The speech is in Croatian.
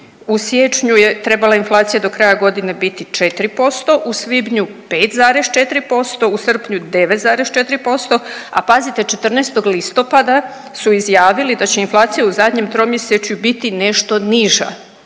u siječnju je trebala inflacija do kraja godine biti 4%, u svibnju 5,4%, u srpnju 9,4%, a pazite 14. listopada su izjavili da će inflacija u zadnjem tromjesečju biti nešto niža,